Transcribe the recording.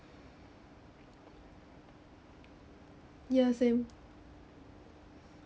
yeah same